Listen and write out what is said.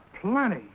plenty